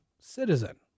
citizen